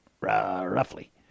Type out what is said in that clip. Roughly